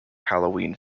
halloween